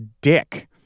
dick